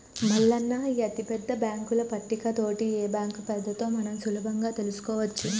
మల్లన్న ఈ అతిపెద్ద బాంకుల పట్టిక తోటి ఏ బాంకు పెద్దదో మనం సులభంగా తెలుసుకోవచ్చు